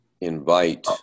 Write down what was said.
invite